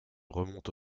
remonte